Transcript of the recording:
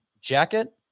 jacket